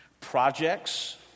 projects